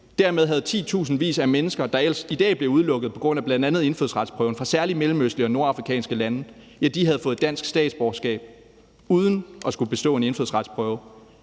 igennem, havde titusindvis af mennesker, der ellers i dag bliver udelukket på grund af bl.a. indfødsretsprøven, fra særlig mellemøstlige og nordafrikanske lande dermed fået dansk statsborgerskab uden at skulle bestå en indfødsretsprøve.